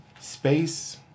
Space